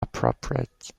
appropriate